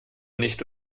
nicht